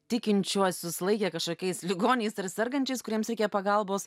tikinčiuosius laikė kažkokiais ligoniais sergančiais kuriems reikia pagalbos